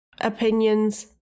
opinions